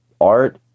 art